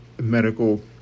medical